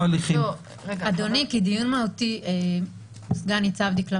מאוד היבטים טכניים שהם לא מוסדרים.